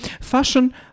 Fashion